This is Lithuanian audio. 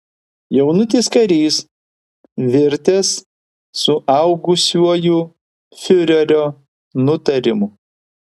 jaunutis karys virtęs suaugusiuoju fiurerio nutarimu